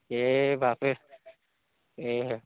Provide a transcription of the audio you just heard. ଏ ବାପ୍ରେ ଏ ହେ